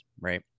Right